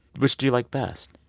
which do you like best?